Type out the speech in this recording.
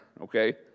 Okay